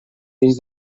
dins